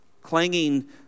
Clanging